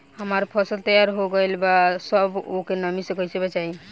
हमार फसल तैयार हो गएल बा अब ओके नमी से कइसे बचाई?